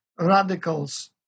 radicals